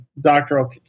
doctoral